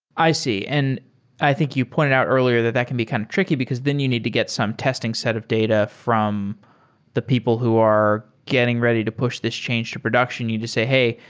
i see and i think you pointed out earlier that that can be kind of tricky because then you need to get some testing set of data from the people who are getting ready to push this change to production. you just say, hey,